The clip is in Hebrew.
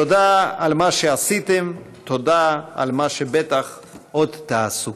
תודה על מה שעשיתם, תודה על מה שבטח עוד תעשו.